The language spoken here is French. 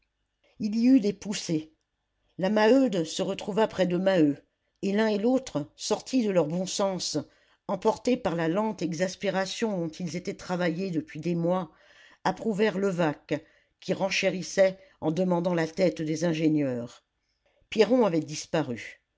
il y eut des poussées la maheude se retrouva près de maheu et l'un et l'autre sortis de leur bon sens emportés dans la lente exaspération dont ils étaient travaillés depuis des mois approuvèrent levaque qui renchérissait en demandant la tête des ingénieurs pierron avait disparu